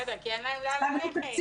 בסדר, כי אין להם לאן ללכת.